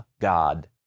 God